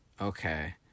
okay